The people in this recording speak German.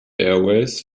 airways